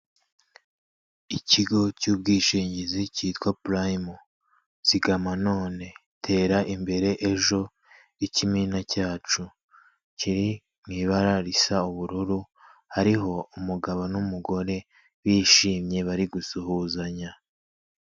Ikigo cy'ubwishingizi kitwa purayime zigama none tera imbere ejo, ikimina cyacu. Kiri mu ibara risa ubururu, hariho umugabo n'umugore bishimye bari gusuhuzanya.